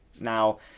Now